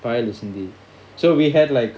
யாரு அந்த சிந்தி:yaru antha sinthi so we had like